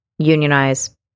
unionize